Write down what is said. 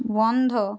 বন্ধ